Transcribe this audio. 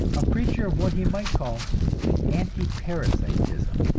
a preacher of what he might call anti-parasitism.